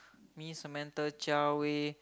me Samantha Jia Wei